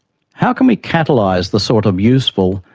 how can we catalyse the sort of useful,